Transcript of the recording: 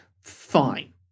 Fine